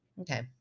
Okay